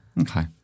Okay